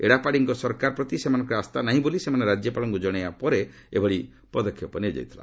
ଏଡ଼ାପାଡ଼ିଙ୍କ ସରକାର ପ୍ରତି ସେମାନଙ୍କର ଆସ୍ଥା ନାହିଁ ବୋଲି ସେମାନେ ରାଜ୍ୟପାଳଙ୍କୁ ଜଣାଇବା ପରେ ଏଭଳି ପଦକ୍ଷେପ ନିଆଯାଇଥିଲା